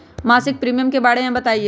मासिक प्रीमियम के बारे मे बताई?